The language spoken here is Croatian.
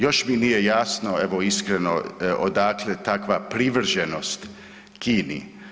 Još mi nije jasno evo iskreno odakle takva privrženost Kini.